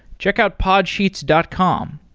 check out podsheets dot com.